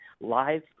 live